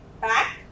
back